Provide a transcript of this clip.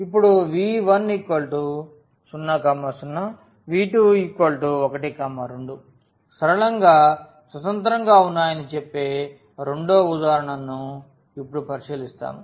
మరియు v10 0v21 2 సరళంగా స్వతంత్రంగా ఉన్నాయని చెప్పే రెండవ ఉదాహరణను ఇప్పుడు పరిశీలిస్తాము